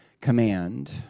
command